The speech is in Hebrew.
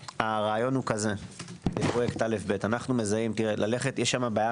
הרעיון הוא כזה בפרויקט א' ב' - יש שם בעיה